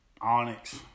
Onyx